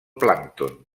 plàncton